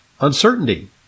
uncertainty